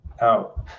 out